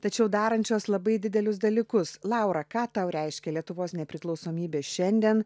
tačiau darančios labai didelius dalykus laura ką tau reiškia lietuvos nepriklausomybė šiandien